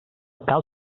cal